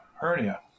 hernia